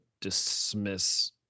dismiss